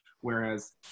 Whereas